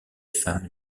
femme